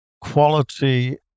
quality